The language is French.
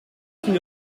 qu’il